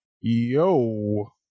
Yo